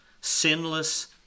sinless